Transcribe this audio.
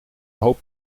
hoop